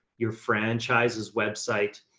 your franchises website,